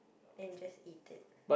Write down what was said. and just eat it